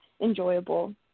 enjoyable